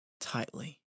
tightly